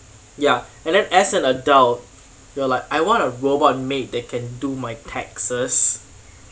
ya and then as an adult you are like I want a robot maid that can do my taxes